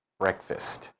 breakfast